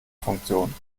funktion